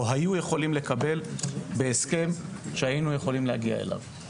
היו יכולים לקבל בהסכם שהיינו יכולים להגיע אליו.